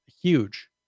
huge